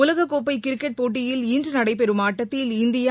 உலகக்கோப்பை கிரிக்கெட் போட்டியில் இன்று நடைபெறும் ஆட்டத்தில் இந்தியா